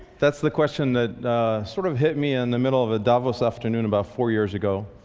that's the question that sort of hit me in the middle of a davos afternoon about four years ago.